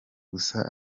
gusa